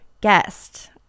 guest